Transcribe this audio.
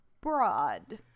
broad